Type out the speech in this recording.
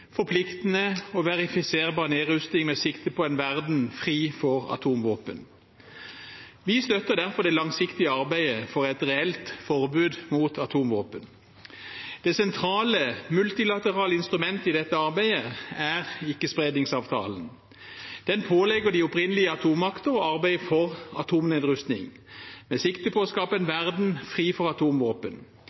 forpliktende og verifiserbar nedrustning med sikte på en verden fri for atomvåpen. Vi støtter derfor det langsiktige arbeidet for et reelt forbud mot atomvåpen. Det sentrale multilaterale instrumentet i dette arbeidet er ikkespredningsavtalen. Den pålegger de opprinnelige atommakter å arbeide for atomnedrustning med sikte på å skape en verden fri for atomvåpen.